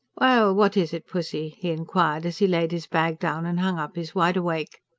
well, what is it, pussy? he inquired as he laid his bag down and hung up his wide-awake.